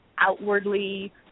Outwardly